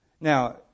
now